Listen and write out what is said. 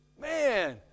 Man